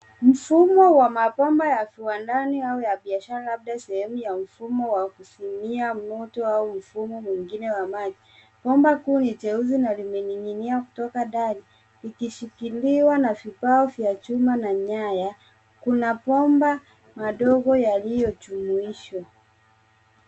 Mfumo wa mabomba ya viwandani au ya biashara labda sehemu ya mfumo wa kuzimia moto au mfumo mwingine wa maji. Bomba kuu ni jeusi na limening'inia kutoka dari ikishikiliwa na vibao vya chuma na nyaya. Kuna bomba madogo yaliyojumuishwa.